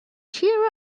cheer